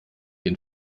den